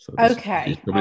Okay